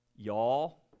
Y'all